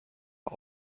are